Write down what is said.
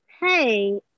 Hey